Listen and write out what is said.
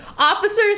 Officers